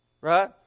right